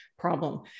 problem